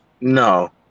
No